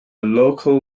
local